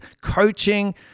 coaching